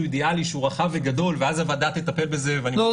אידיאלי שהוא רחב וגדול ואז הוועדה תטפל בזה -- לא,